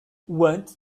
want